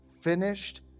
Finished